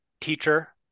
teacher